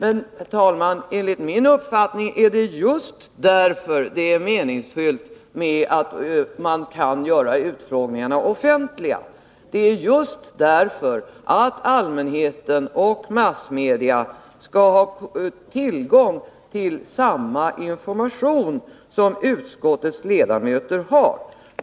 Enligt min uppfattning, herr talman, är det meningsfullt att göra utskottsutfrågningarna offentliga just därför att allmänheten och massmedia skall ha tillgång till samma information som utskottets ledamöter har.